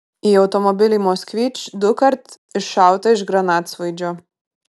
į automobilį moskvič dukart iššauta iš granatsvaidžio